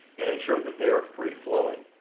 and ensure that they are free flowing.